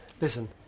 Listen